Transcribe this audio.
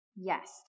yes